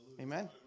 Amen